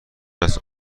است